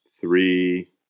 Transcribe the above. Three